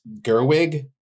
Gerwig